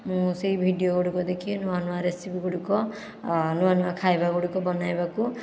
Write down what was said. ମୁଁ ସେହି ଭିଡ଼ିଓ ଗୁଡ଼ିକୁ ଦେଖି ନୂଆ ନୂଆ ରେସିପି ଗୁଡ଼ିକ ନୂଆ ନୂଆ ଖାଇବା ଗୁଡ଼ିକ ବନାଇବାକୁ